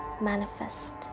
manifest